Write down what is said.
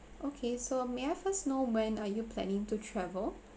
okay so may I first know when are you planning to travel